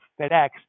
FedEx